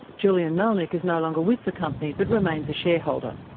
julian malnic is no longer with the company but remains a shareholder.